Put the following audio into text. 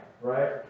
Right